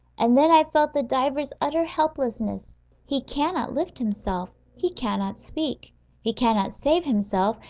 and then i felt the diver's utter helplessness he cannot lift himself he cannot speak he cannot save himself,